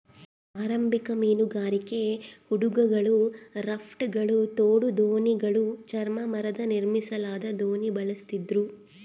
ಆರಂಭಿಕ ಮೀನುಗಾರಿಕೆ ಹಡಗುಗಳು ರಾಫ್ಟ್ಗಳು ತೋಡು ದೋಣಿಗಳು ಚರ್ಮ ಮರದ ನಿರ್ಮಿಸಲಾದ ದೋಣಿ ಬಳಸ್ತಿದ್ರು